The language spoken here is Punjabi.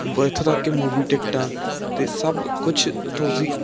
ਬ ਇੱਥੋਂ ਤੱਕ ਕਿ ਮੂਵੀ ਟਿਕਟਾਂ ਅਤੇ ਸਭ ਕੁਛ ਤੁਸੀਂ